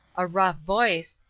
a rough voice,